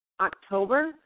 October